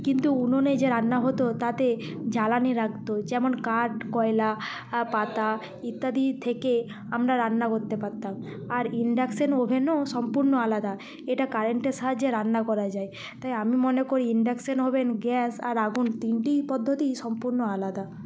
কিন্তু উনুনে যে রান্না হতো তাতে জ্বালানি লাগত যেমন কাঠ কয়লা পাতা ইত্যাদি থেকে আমরা রান্না করতে পারতাম আর ইনডাকশন ওভেনও সম্পূর্ণ আলাদা এটা কারেন্টের সাহায্যে রান্না করা যায় তাই আমি মনে করি ইনডাকশন ওভেন গ্যাস আর আগুন তিনটিই পদ্ধতি সম্পূর্ণ আলাদা